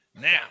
Now